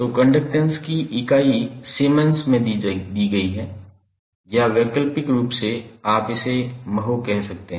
तो कंडक्टैंस की इकाई सीमेंस में दी गई है या वैकल्पिक रूप से आप इसे महो कह सकते हैं